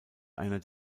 einer